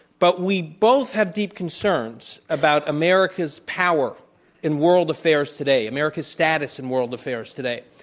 but we both have deep concerns about america's power in world affairs today america's status in world affairs today.